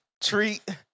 treat